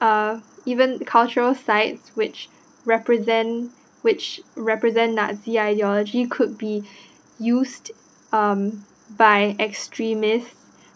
uh even cultural site which represent which represent nazi ideology could be used um by extremist